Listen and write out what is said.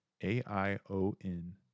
a-i-o-n